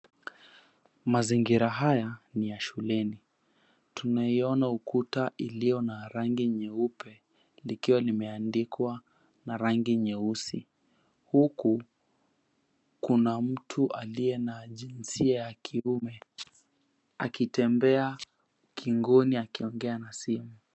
Mazingira haya ni ya shuleni. Tunaiona ukuta iliyo na rangi nyeupe likiwa limeandikwa na rangi nyeusi. Huku kuna mtu aliye na jinsia ya kiume akitembea ukingoni akiongea na simu.